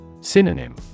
Synonym